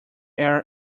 air